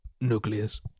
Nucleus